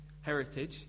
heritage